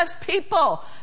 people